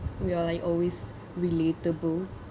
we are like always relatable